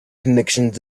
connections